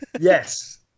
Yes